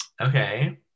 okay